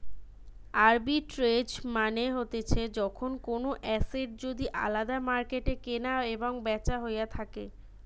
arbitrage মানে হতিছে যখন কোনো এসেট যদি আলদা মার্কেটে কেনা এবং বেচা হইয়া থাকে